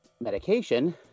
medication